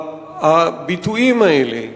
הביטויים האלה,